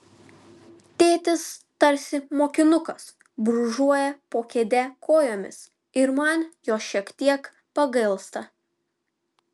tėtis tarsi mokinukas brūžuoja po kėde kojomis ir man jo šiek tiek pagailsta